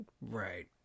right